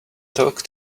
talk